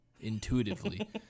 intuitively